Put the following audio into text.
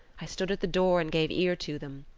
i stood at the door and gave ear to them,